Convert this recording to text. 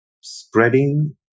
spreading